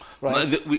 Right